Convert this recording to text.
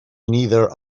neither